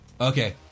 Okay